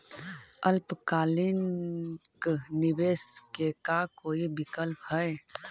अल्पकालिक निवेश के का कोई विकल्प है?